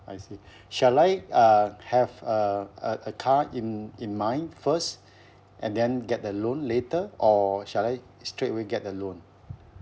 I see shall I uh have a a a car in in mind first and then get the loan later or shall I straight away get the loan